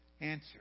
answer